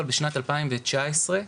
בשנת 2019,